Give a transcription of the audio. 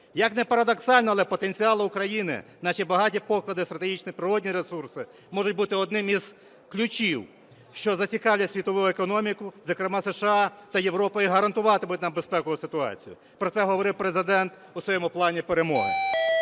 Як не парадоксально, але потенціал України, наші багаті поклади стратегічні, природні ресурси можуть бути одним із ключів, що зацікавлять світову економіку, зокрема США та Європу, і гарантуватимуть нам безпекову ситуацію. Про це говорив Президент у своєму Плані перемоги.